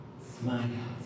Smile